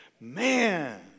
Man